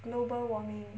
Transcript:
global warming